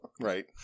Right